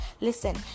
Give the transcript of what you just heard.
Listen